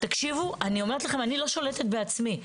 אני לא שולטת בעצמי.